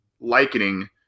likening